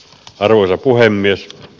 arvoisa puhemies